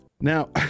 Now